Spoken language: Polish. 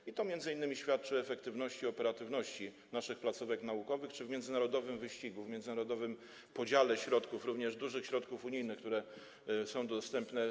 To świadczy m.in. o efektywności, operatywności naszych placówek naukowych w międzynarodowym wyścigu, międzynarodowym podziale środków, również dużych środków unijnych, które są dostępne.